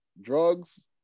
drugs